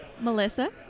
melissa